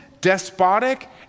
despotic